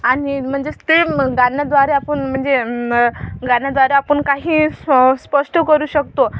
आणि म्हणजेच ते गाण्याद्वारे आपण म्हणजे गाण्याद्वारे आपण काही स्पष्ट करू शकतो